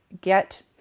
get